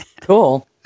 Cool